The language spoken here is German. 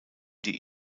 die